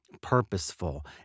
purposeful